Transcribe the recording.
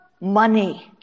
money